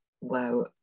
Wow